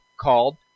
called